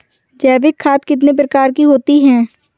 जैविक खाद कितने प्रकार की होती हैं?